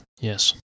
Yes